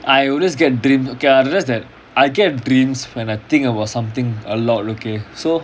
I always get dream K I realise that I get dreams when I think about something a lot okay so